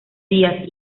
díaz